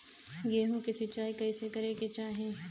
गेहूँ के सिंचाई कइसे करे के चाही?